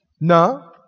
No